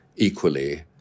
equally